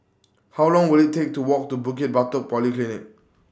How Long Will IT Take to Walk to Bukit Batok Polyclinic